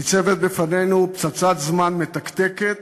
ניצבת בפנינו פצצת זמן מתקתקת,